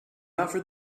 offered